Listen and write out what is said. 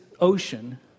ocean